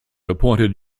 appointed